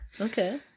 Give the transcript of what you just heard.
Okay